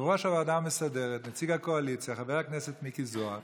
יושב-ראש הוועדה המסדרת ונציג הקואליציה חבר הכנסת מיקי זוהר